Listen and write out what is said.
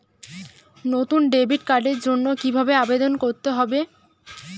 নতুন ডেবিট কার্ডের জন্য কীভাবে আবেদন করতে হবে?